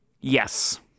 Yes